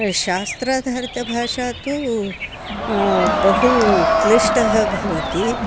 शास्त्राधारितभाषा तु बहु क्लिष्टा भवति